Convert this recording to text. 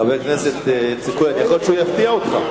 חבר הכנסת איציק כהן, יכול להיות שהוא יפתיע אותך.